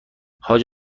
حاج